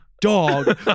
dog